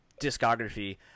discography